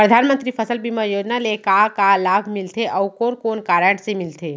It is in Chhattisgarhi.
परधानमंतरी फसल बीमा योजना ले का का लाभ मिलथे अऊ कोन कोन कारण से मिलथे?